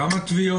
כמה תביעות?